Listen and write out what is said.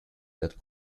that